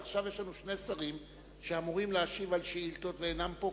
עכשיו יש לנו שני שרים שאמורים להשיב על שאילתות ואינם פה.